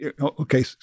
Okay